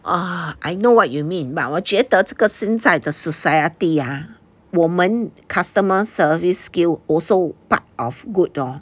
ah I know what you mean but 我觉得这个现在的 society ah 我们 customer service skills also part of good lor